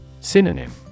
Synonym